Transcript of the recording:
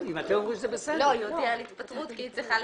הוא עוסק גם בעיצום כספי,